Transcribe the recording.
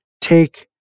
take